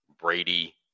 Brady